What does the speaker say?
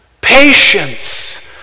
Patience